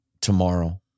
tomorrow